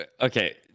Okay